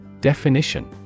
Definition